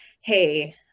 Hey